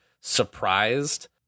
surprised